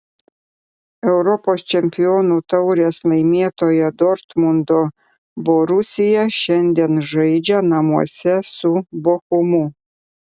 europos čempionų taurės laimėtoja dortmundo borusija šiandien žaidžia namuose su bochumu